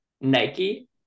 nike